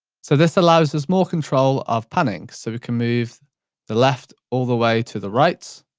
so, this allows us more control of panning. so, we can move the left all the way to the right.